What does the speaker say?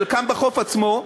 חלקם בחוף עצמו,